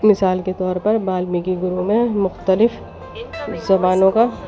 مثال کے طور پر بالمیکی گروہ میں مختلف زبانوں کا